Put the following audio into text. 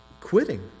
quitting